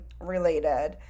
related